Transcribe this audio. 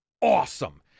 awesome